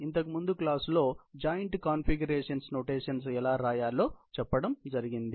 ఇంతకుముందు క్లాసులో joint configurations notations ఎలా రాయాలో చెప్పడం జరిగింది